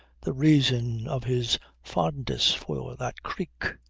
the reason of his fondness for that creek.